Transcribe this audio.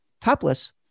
topless